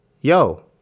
yo